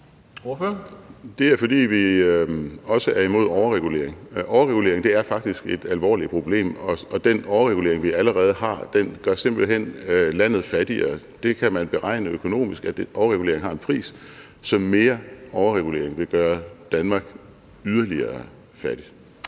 Det er, fordi vi også er imod overregulering. Overregulering er faktisk et alvorligt problem, og den overregulering, vi allerede har, gør simpelt hen landet fattigere. Man kan beregne økonomisk, at overregulering har en pris – så mere overregulering vil gøre Danmark yderligere fattigt.